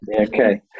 Okay